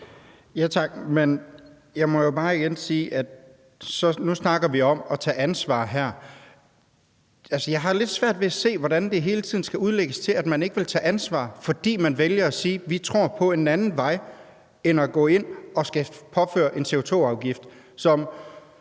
Jeg må jo bare igen sige, at nu snakker vi om at tage ansvar her. Jeg har lidt svært ved at se, hvordan det hele tiden skal udlægges til, at man ikke vil tage ansvar, fordi man vælger at sige, at vi tror på en anden vej end at gå ind og påføre en CO2-afgift,